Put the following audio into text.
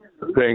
Thank